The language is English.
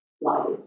life